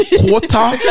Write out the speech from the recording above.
quarter